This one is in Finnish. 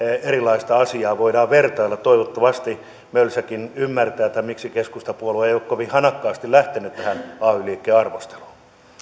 erilaista asiaa voidaan vertailla toivottavasti mölsäkin ymmärtää miksi keskustapuolue ei ole kovin hanakasti lähtenyt tähän ay liikkeen arvosteluun